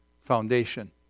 foundation